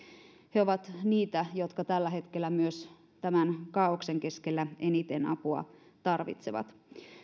he ovat niitä jotka tällä hetkellä myös tämän kaaoksen keskellä eniten apua tarvitsevat